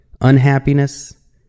unhappiness